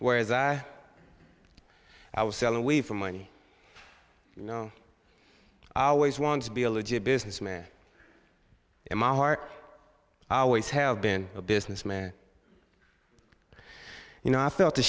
whereas i i was selling away for money you know i always want to be a legit businessman in my heart i always have been a businessman you know i felt